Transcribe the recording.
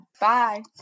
Bye